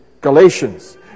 Galatians